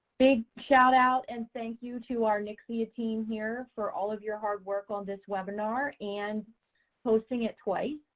big shout out and thank you to our ncsia team here for all of your hard work on this webinar and hosting it twice,